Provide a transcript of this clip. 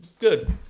good